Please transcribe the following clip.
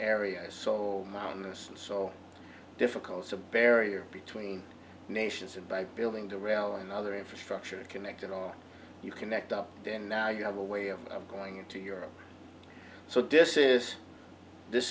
area so now in the so difficult a barrier between nations and by building the rail and other infrastructure connected on you connect up then now you have a way of going into europe so this is this